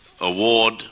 award